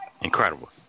Incredible